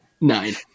Nine